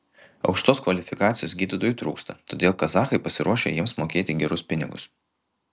aukštos kvalifikacijos gydytojų trūksta todėl kazachai pasiruošę jiems mokėti gerus pinigus